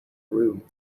room